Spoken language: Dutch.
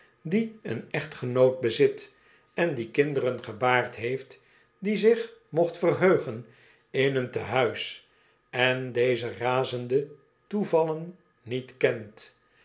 die een echtgenoot bezit en die kinderen gebaard heeft die zich mocht verheugen in een tehuis en die deze razende toevallen niet kent